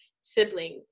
siblings